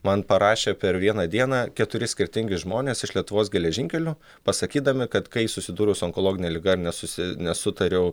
man parašė per vieną dieną keturi skirtingi žmonės iš lietuvos geležinkelių pasakydami kad kai susidūriau su onkologine liga ir nesusi nesutariau